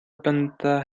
planta